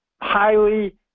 highly